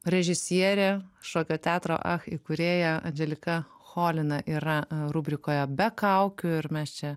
režisierė šokio teatro ach įkūrėja anželika cholina yra rubrikoje be kaukių ir mes čia